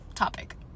Topic